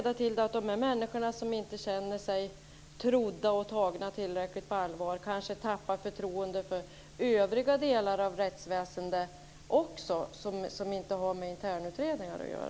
De människor som inte känner sig vara trodda och tagna på tillräckligt allvar tappar kanske förtroendet också för de delar av rättsväsendet som inte har att göra med internutredningar.